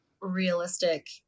realistic